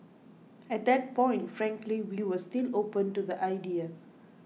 at that point frankly we were still open to the idea